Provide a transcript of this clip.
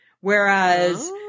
Whereas